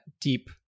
deep